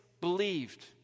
believed